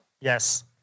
Yes